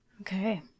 Okay